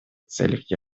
целях